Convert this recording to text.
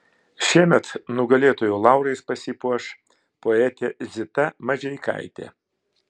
šiemet nugalėtojo laurais pasipuoš poetė zita mažeikaitė